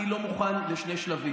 אני לא מוכן לשני שלבים.